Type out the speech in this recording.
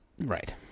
Right